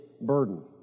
burden